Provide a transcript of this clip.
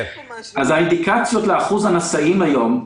האינדיקציות לאחוז הנשאים היום,